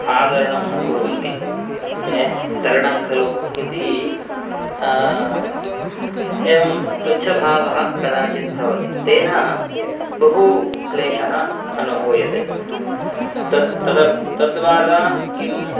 आदरणं न कुर्वन्ति हे तरणं खलु इति एवं तुच्छभावः कदाचित् भवति तेन बहुक्लेशः अनुभूयते तत् तद्द्वारा किं